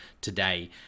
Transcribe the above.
today